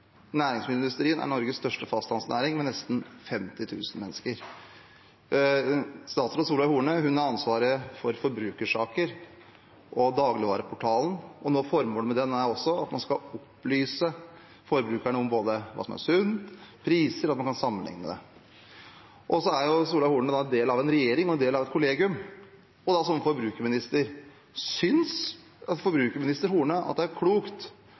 Næringsmiddelindustrien er Norges største fastlandsnæring med nesten 50 000 mennesker. Statsråd Solveig Horne har ansvaret for forbrukersaker og dagligvareportalen, og noe av formålet med den er at man skal opplyse forbrukerne om hva som er sunt, og om priser, og at man kan sammenligne det. Så er Solveig Horne en del av en regjering og en del av et kollegium. Synes forbrukerminister Horne det er klokt at